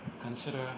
Consider